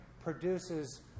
produces